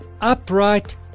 upright